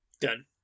done